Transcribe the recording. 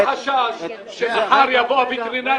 --- מחר יבוא הווטרינר,